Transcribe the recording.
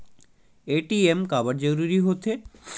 ATM काबर जरूरी हो थे?